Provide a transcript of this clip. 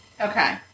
Okay